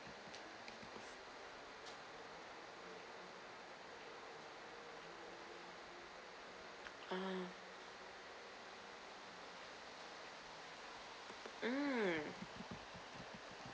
uh um